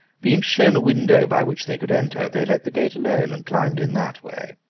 being shown a window by which they could enter, they let the gate alone, and climbed in that way.